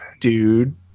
dude